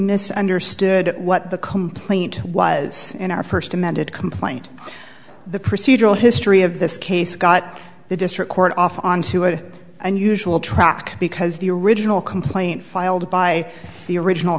misunderstood what the complaint was in our first amended complaint the procedural history of this case got the district court off onto a unusual track because the original complaint filed by the original